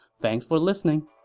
thanks for listening